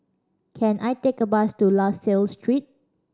can I take a bus to La Salle Street